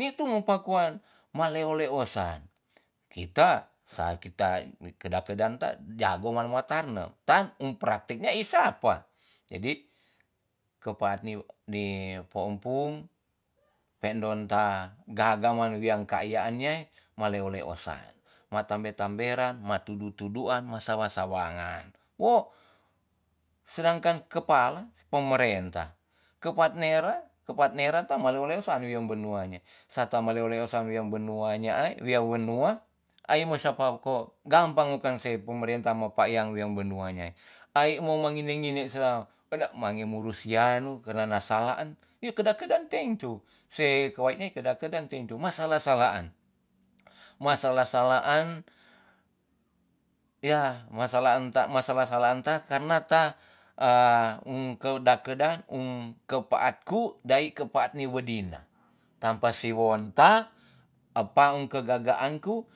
ni tu mo pakuan ma leo leosan kita sa kita ni kedak kedan ta jago ma martarnem tan um praktek nya i sapa. jadi kepaat ni po empung pe ndon ta gaga man wean kai ya ian nyai ma leo leosan, ma tamber tamberan, ma tudu tuan, ma sawa sawangan. wo sedangkan kepala pemerintah, kepat nera- kepat nera ta maleo leosan wia benua nyai. sa ta ma leo leosan wia benua nyaai- wia wenua ai mo sapa ko gampang mo kan se pemerintah mapakyang wia benua nyai. ai mo mangini ngiini sera edak mangemo lusianu karena salaan ye keda kedan teng tu. se kewait ni kedan kedan teng tu. masala salaan. masala salaan- ya masalaan ta- masala salaan ta karena t um kedak kedan um kepaat ku dai kepaat ni wedina tan pa si wonta e pa ke gagaan ku